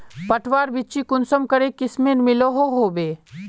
पटवार बिच्ची कुंसम करे किस्मेर मिलोहो होबे?